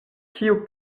kiu